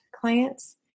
clients